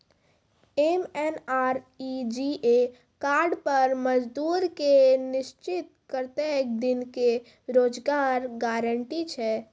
MNREGA card पर मजदुर के निश्चित कत्तेक दिन के रोजगार गारंटी छै?